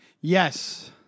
Yes